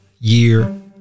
year